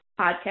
Podcast